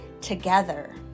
together